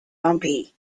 lumpy